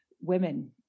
women